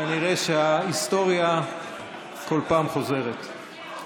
כנראה שההיסטוריה כל פעם חוזרת.